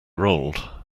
rolled